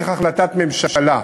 צריך החלטת ממשלה.